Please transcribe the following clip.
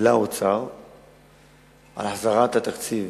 לאוצר על החזרת התקציב